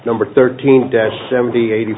number thirteen dash seventy eighty